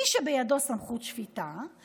מי שבידו סמכות שפיטה,